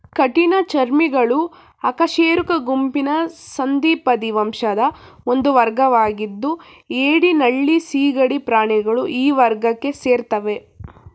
ಕಠಿಣ ಚರ್ಮಿಗಳು ಅಕಶೇರುಕ ಗುಂಪಿನ ಸಂಧಿಪದಿ ವಂಶದ ಒಂದು ವರ್ಗವಾಗಿದ್ದು ಏಡಿ ನಳ್ಳಿ ಸೀಗಡಿ ಪ್ರಾಣಿಗಳು ಈ ವರ್ಗಕ್ಕೆ ಸೇರ್ತವೆ